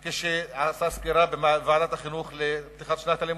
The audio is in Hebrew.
כשהציג סקירה בוועדת החינוך לפני פתיחת שנת הלימודים,